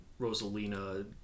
Rosalina